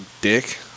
dick